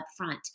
upfront